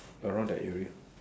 around that area